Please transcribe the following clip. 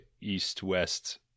east-west